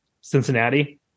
Cincinnati